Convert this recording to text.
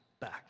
back